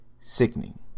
sickening